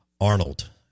Arnold